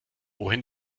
wohin